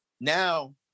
now